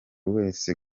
wese